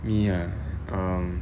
me ah um